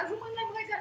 ואז אומרים להם: רגע,